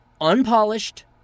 unpolished